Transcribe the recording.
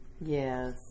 Yes